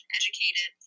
educated